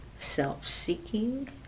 Self-seeking